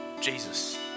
Jesus